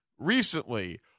recently